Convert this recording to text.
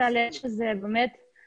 באותו קיץ,